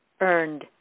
earned